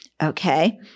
Okay